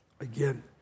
again